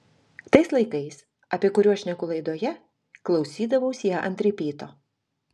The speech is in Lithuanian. tais laikais apie kuriuos šneku laidoje klausydavaus ją ant ripyto